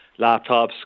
laptops